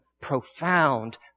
profound